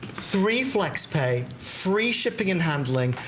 three flexpays, free shipping and handling,